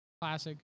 classic